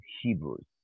Hebrews